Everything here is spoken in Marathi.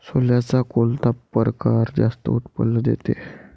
सोल्याचा कोनता परकार जास्त उत्पन्न देते?